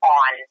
on